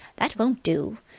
that won't do!